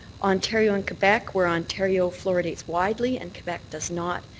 ontario and quebec where ontario fluoridates widely and quebec does not.